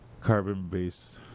carbon-based